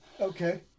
Okay